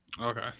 Okay